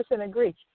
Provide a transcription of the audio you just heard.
agree